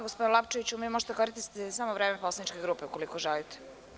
Gospodine Lapčeviću, možete da koristite samo vreme poslaničke grupe, ukoliko želite.